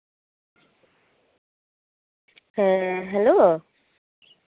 ᱦᱮᱸ ᱦᱮᱞᱳ